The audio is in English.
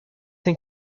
you